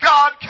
God